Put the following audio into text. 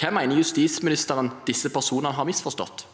Hva mener justisministeren at disse personene har misforstått?